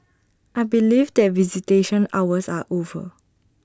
I believe that visitation hours are over